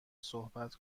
صحبت